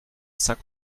saint